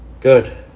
Good